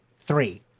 three